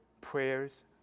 prayers